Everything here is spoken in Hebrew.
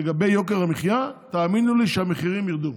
לגבי יוקר המחיה, תאמינו לי שהמחירים ירדו.